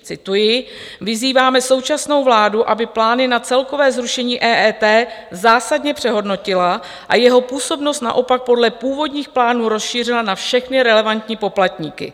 Cituji: Vyzýváme současnou vládu, aby plány na celkové zrušení EET zásadně přehodnotila a jeho působnost naopak podle původních plánů rozšířila na všechny relevantní poplatníky.